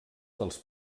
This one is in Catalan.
dels